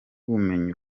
ubumenyi